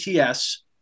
ATS